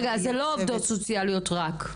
זה לא עובדות סוציאליות רק.